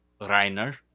Reiner